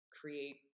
create